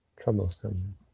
troublesome